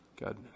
God